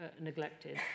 neglected